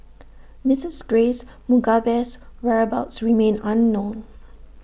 Mrs grace Mugabe's whereabouts remain unknown